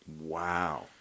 Wow